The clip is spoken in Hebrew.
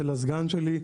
של הסגן שלי,